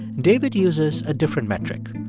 david uses a different metric.